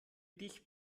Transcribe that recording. dich